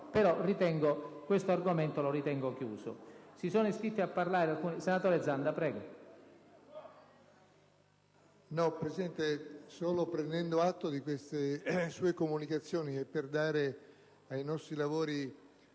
però questo argomento lo ritengo chiuso.